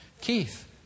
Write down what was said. Keith